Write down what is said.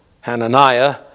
Hananiah